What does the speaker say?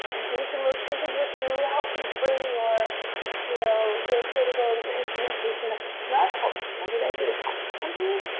do some rotations with you, help you bring your you know your observability, your instrumentation up to snuff, help standardize it across the company.